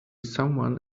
someone